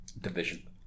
division